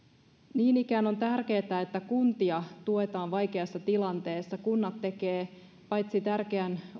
niin ikään on tärkeätä että kuntia tuetaan vaikeassa tilanteessa kunnat tekevät paitsi tärkeän